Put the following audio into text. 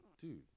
dude